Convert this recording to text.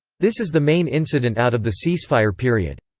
this is the main incident out of the ceasefire period.